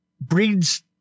breeds